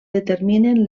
determinen